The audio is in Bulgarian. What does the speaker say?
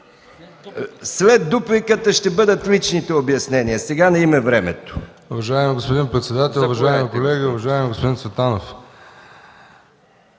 След дупликата ще бъдат личните обяснения. Сега не им е времето.